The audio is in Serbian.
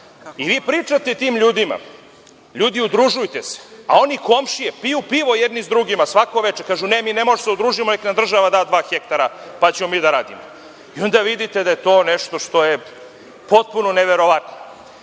i vi pričate tim ljudima ljudi udružujte se, a oni komšije piju pivo jedni sa drugima svako veče i kažu – ne mi ne možemo da se udružimo, nek nam država da dva hektara pa ćemo da radimo. Onda vidite da je to nešto što je potpuno neverovatno. Drugo,